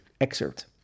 excerpt